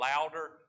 louder